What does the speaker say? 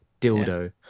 dildo